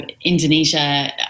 Indonesia